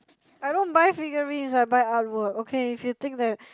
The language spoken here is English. I don't buy figurines I buy artwork okay if you think that